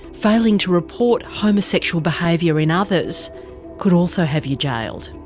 failing to report homosexual behaviour in others could also have you jailed.